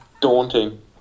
Daunting